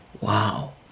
Wow